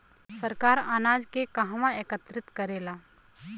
सरकार अनाज के कहवा एकत्रित करेला?